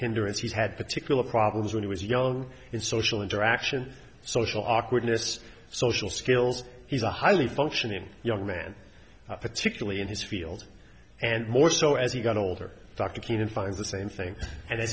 insurance he's had particular problems when he was young in social interaction social awkwardness social skills he's a highly functioning young man particularly in his field and more so as he got older dr keenan finds the same thing and